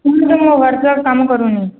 ଫୋନରେ ମୋ ହ୍ଵାଟସପ୍ କାମ କରୁନି